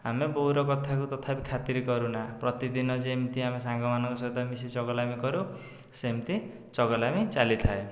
ଆମେ ବୋଉର କଥାକୁ ତଥାପି ଖାତିର କରୁନା ପ୍ରତିଦିନ ଯେମିତି ଆମେ ସାଙ୍ଗମାନଙ୍କ ସହିତ ମିଶି ଚଗଲାମି କରୁ ସେମିତି ଚଗଲାମି ଚାଲିଥାଏ